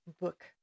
book